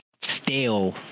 stale